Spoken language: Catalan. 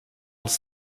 als